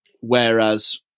whereas